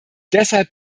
deshalb